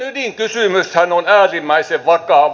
asian ydinkysymyshän on äärimmäisen vakava